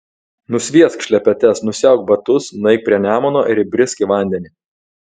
nusviesk šlepetes nusiauk batus nueik prie nemuno ir įbrisk į vandenį